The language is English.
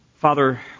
Father